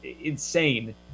insane